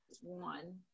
one